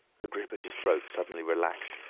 the grip at his throat suddenly relaxed,